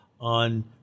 on